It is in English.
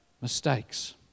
mistakes